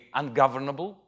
ungovernable